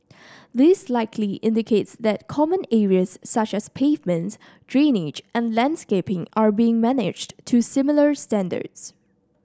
this likely indicates that common areas such as pavements drainage and landscaping are being managed to similar standards